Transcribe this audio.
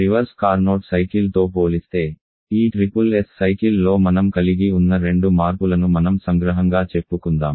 reverse Carnot సైకిల్తో పోలిస్తే ఈ SSS సైకిల్లో మనం కలిగి ఉన్న రెండు మార్పులను మనం సంగ్రహంగా చెప్పుకుందాం